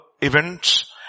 events